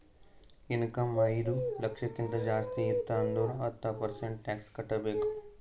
income ಐಯ್ದ ಲಕ್ಷಕ್ಕಿಂತ ಜಾಸ್ತಿ ಇತ್ತು ಅಂದುರ್ ಹತ್ತ ಪರ್ಸೆಂಟ್ ಟ್ಯಾಕ್ಸ್ ಕಟ್ಟಬೇಕ್